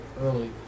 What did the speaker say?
early